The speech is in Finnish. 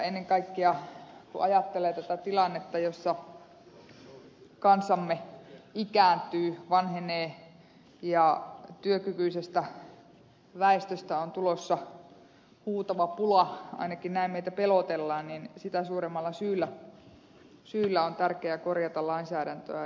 ennen kaikkea kun ajattelee tätä tilannetta jossa kansamme ikääntyy vanhenee ja työkykyisestä väestöstä on tulossa huutava pula ainakin näin meitä pelotellaan sitä suuremmalla syyllä on tärkeää korjata lainsäädäntöä